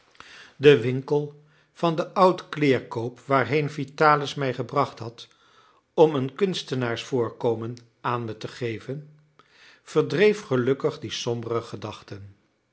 de winkel van den oudkleerkoop waarheen vitalis mij gebracht had om een kunstenaarsvoorkomen aan me te geven verdreef gelukkig die sombere gedachten